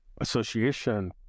association